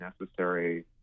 necessary